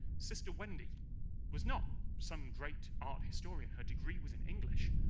sister wendy was not some great art historian, her degree was in english,